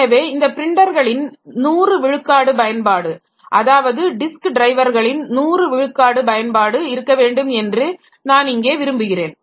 எனவே இந்த பிரிண்டர்களின் 100 விழுக்காடு பயன்பாடுஅதாவது டிஸ்க் டிரைவர்களின் 100 விழுக்காடு பயன்பாடு இருக்க வேண்டும் என்று நான் இங்கே விரும்புகிறேன்